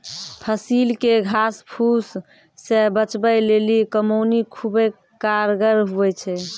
फसिल के घास फुस से बचबै लेली कमौनी खुबै कारगर हुवै छै